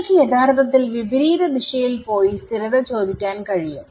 നിങ്ങൾക്ക് യഥാർത്ഥത്തിൽ വിപരീത ദിശയിൽ പോയി സ്ഥിരത ചോദിക്കാൻ കഴിയും